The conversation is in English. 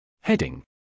Heading